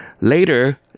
Later